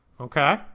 Okay